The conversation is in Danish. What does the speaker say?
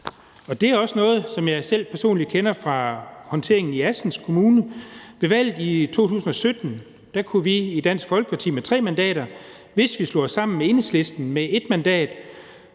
Det er også noget, som jeg selv personligt kender fra håndteringen i Assens Kommune. Ved valget i 2017 kunne vi i Dansk Folkeparti med tre mandater slå os sammen med Enhedslisten med et mandat,